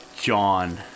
John